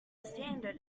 standard